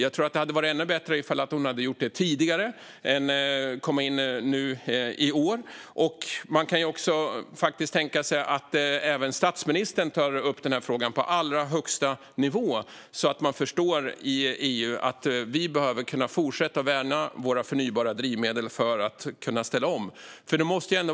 Jag tror att det hade varit ännu bättre om hon hade gjort det tidigare än i år. Man kan också tänka sig att statsministern tar upp den här frågan på allra högsta nivå, så att man i EU förstår att vi behöver kunna fortsätta att värna våra förnybara drivmedel för att kunna ställa om.